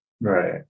Right